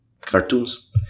cartoons